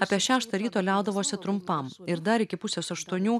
apie šeštą ryto liaudavosi trumpam ir dar iki pusės aštuonių